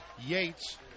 Yates